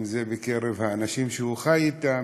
אם זה בקרב האנשים שהוא חי אתם,